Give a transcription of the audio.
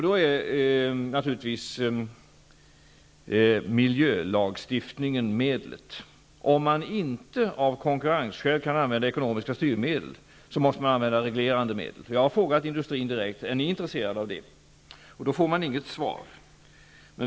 Där är naturligtvis miljölagstiftningen det medel som kan användas. Om man av konkurrensskäl inte kan använda ekonomiska styrmedel, måste man använda reglerande medel. Jag har frågat industrin direkt om man är intresserad av sådant, men då får jag inget svar.